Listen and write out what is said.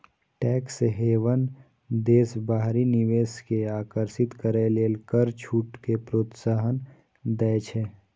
tax haven देश बाहरी निवेश कें आकर्षित करै लेल कर छूट कें प्रोत्साहन दै छै